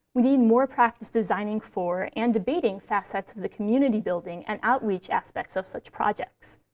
we need more practice designing for and debating facets of the community-building and outreach aspects of such projects.